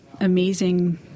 Amazing